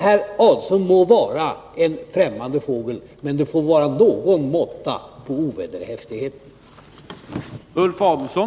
Herr Adelsohn må vara en främmande fågel, men det får vara någon måtta på ovederhäftigheten!